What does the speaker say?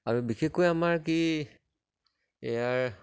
আৰু বিশেষকৈ আমাৰ কি ইয়াৰ